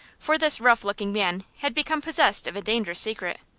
for this rough-looking man had become possessed of a dangerous secret.